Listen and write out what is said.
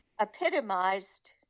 epitomized